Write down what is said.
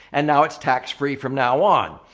and now it's tax-free from now on.